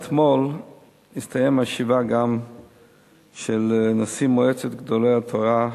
אתמול הסתיימו השבעה על נשיא מועצת גדולי התורה,